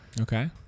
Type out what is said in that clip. Okay